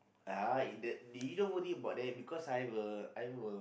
ah if that you don't worry about that because I've a I've a